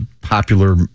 popular